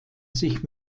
sich